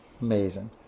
amazing